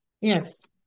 Yes